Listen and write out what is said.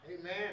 Amen